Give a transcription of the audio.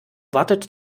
wartet